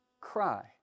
cry